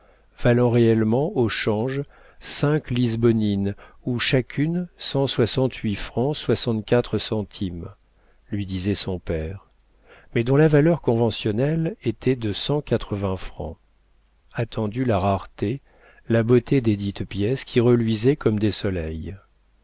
valant réellement au change cinq lisbonines ou chacune cent soixante-huit francs soixante-quatre centimes lui disait son père mais dont la valeur conventionnelle était de cent quatre-vingts francs attendu la rareté la beauté desdites pièces qui reluisaient comme des soleils